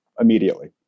Immediately